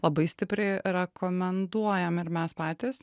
labai stipriai rekomenduojam ir mes patys